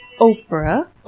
Oprah